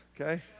okay